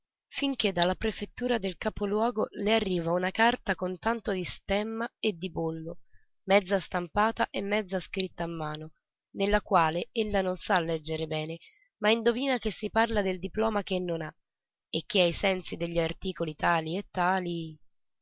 finché dalla prefettura del capoluogo le arriva una carta con tanto di stemma e di bollo mezza stampata e mezza scritta a mano nella quale ella non sa legger bene ma indovina che si parla del diploma che non ha e che ai sensi degli articoli tali e tali